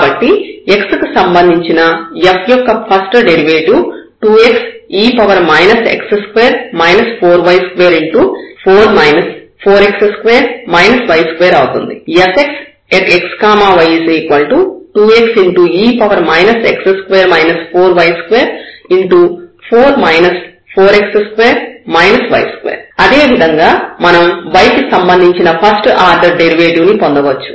కాబట్టి x కి సంబంధించిన f యొక్క first derivative 2xe x2 4y2 అవుతుంది fxxy2xe x2 4y24 4x2 y2 అదేవిధంగా మనం y కి సంబంధించిన ఫస్ట్ ఆర్డర్ డెరివేటివ్ ని పొందవచ్చు